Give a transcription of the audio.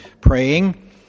praying